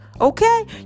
Okay